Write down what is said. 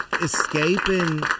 escaping